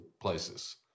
places